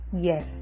Yes